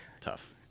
tough